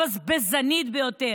הצעת חוק החברות (תיקון מס' 35),